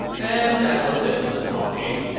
and that was it for the talking.